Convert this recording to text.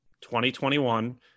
2021